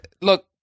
Look